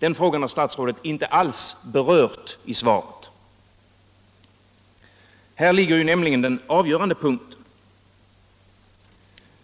Den frågan har statsrådet inte alls berört i svaret. Här ligger ju den avgörande punkten.